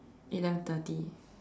eleven thirty